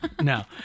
no